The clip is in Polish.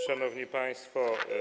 Szanowni Państwo!